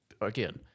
again